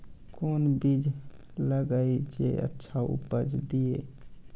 कोंन बीज लगैय जे अच्छा उपज दिये?